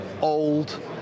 old